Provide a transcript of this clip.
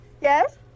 Yes